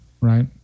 right